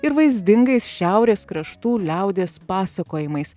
ir vaizdingais šiaurės kraštų liaudies pasakojimais